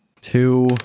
Two